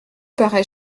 paraît